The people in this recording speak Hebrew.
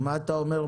אז מה אתה אומר?